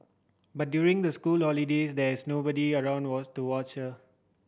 but during the school holidays there is nobody around to watch her